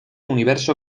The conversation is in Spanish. universo